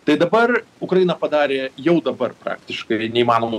tai dabar ukraina padarė jau dabar praktiškai neįmanomų